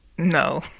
No